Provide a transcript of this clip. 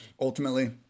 ultimately